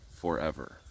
forever